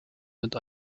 mit